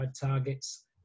targets